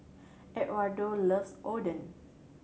Edwardo loves Oden